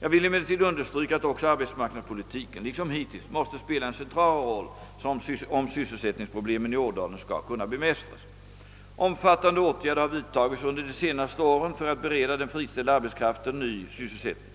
Jag vill emellertid understryka att också arbetsmarknadspolitiken, liksom hittills, måste spela en central roll, om = sysselsättningsproblemen i Ådalen skall kunna bemästras. Omfattande åtgärder har vidtagits under de senaste åren för att bereda den friställda arbetskraften ny sysselsättning.